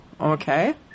okay